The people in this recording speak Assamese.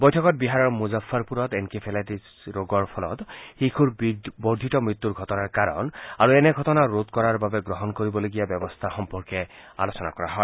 বৈঠকত বিহাৰৰ মুজফ্ফৰপুৰত এনকেফেলাইটিছৰ ফলত শিশুৰ বৰ্ধিত মৃত্যুৰ ঘটনাৰ কাৰণ আৰু এনে ঘটনা ৰোধ কৰাৰ বাবে গ্ৰহণ কৰিবলগীয়া ব্যৱস্থাৱলী সম্পৰ্কে আলোচনা কৰা হয়